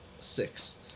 six